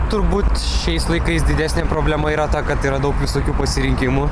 turbūt šiais laikais didesnė problema yra ta kad yra daug visokių pasirinkimų